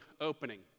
opening